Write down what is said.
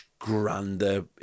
grander